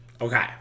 okay